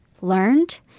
learned